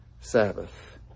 Sabbath